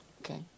Okay